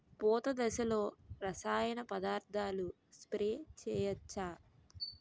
పూత దశలో రసాయన పదార్థాలు స్ప్రే చేయచ్చ?